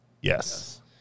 Yes